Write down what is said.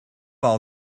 all